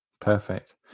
perfect